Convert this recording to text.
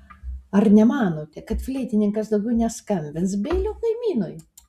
ar nemanote kad fleitininkas daugiau neskambins beilio kaimynui